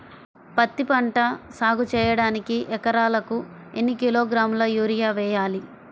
పత్తిపంట సాగు చేయడానికి ఎకరాలకు ఎన్ని కిలోగ్రాముల యూరియా వేయాలి?